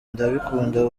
ndabikunda